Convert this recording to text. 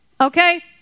Okay